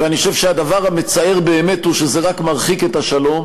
ואני חושב שהדבר המצער באמת הוא שזה רק מרחיק את השלום,